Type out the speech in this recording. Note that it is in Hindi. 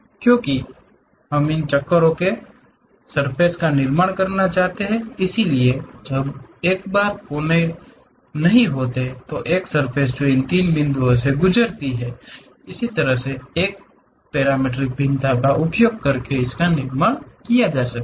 क्योंकि हम इन चक्करों से सर्फ़ेस का निर्माण करना चाहते हैं इसलिए जब एक बार कोने नहीं होते हैं तो एक सर्फ़ेस जो इन तीन बिंदुओं से गुजरती है इस तरह के पैरामीट्रिक भिन्नता का उपयोग करके निर्माण किया जा सकता है